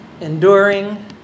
enduring